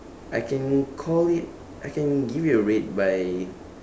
I can call it I can give you a rate by